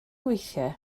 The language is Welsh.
weithiau